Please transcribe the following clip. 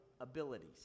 abilities